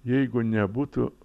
jeigu nebūtų